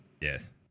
Yes